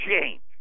change